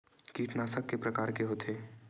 कीटनाशक के प्रकार के होथे?